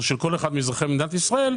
או של כל אחד מאזרחי מדינת ישראל,